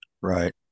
Right